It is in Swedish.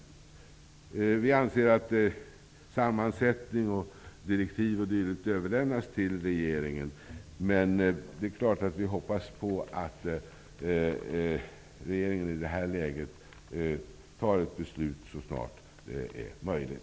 Socialdemokraterna anser att sammansättning och direktiv överlämnas till regeringen, och självfallet hoppas vi på att regeringen i det här läget fattar ett beslut i frågan så snart som möjligt.